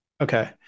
Okay